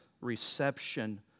reception